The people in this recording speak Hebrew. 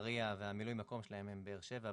נהריה וממלאי המקום שלהם הם באר-שבע,